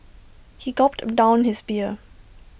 he gulped down his beer